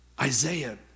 Isaiah